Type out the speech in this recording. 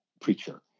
preacher